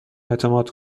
اعتماد